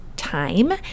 Time